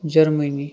Germany